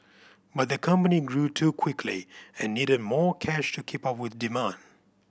but the company grew too quickly and needed more cash to keep up with demand